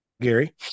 Gary